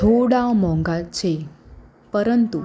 થોડા મોંઘા છે પરંતુ